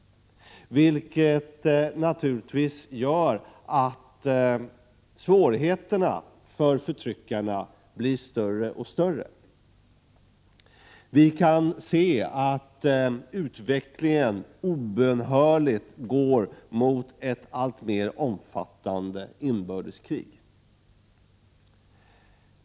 1986/87:129 naturligtvis gör att svårigheterna för förtryckarna blir större och större. Vi — 22 maj 1987 kan se att utvecklingen obönhörligt går mot ett alltmer omfattande inbördeskrig.